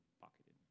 pocketed